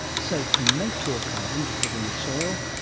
so to make your carbon to put in the soil,